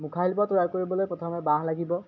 মুখা শিল্প তৈয়াৰ কৰিবলৈ প্ৰথমে বাঁহ লাগিব